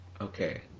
okay